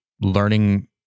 learning